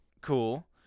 Cool